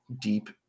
deep